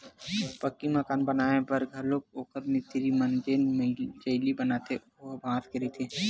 पक्की मकान बनाए बर घलोक ओखर मिस्तिरी मन जेन चइली बनाथे ओ ह बांस के रहिथे